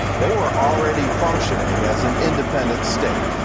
they were already functioning as an independent state.